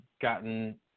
gotten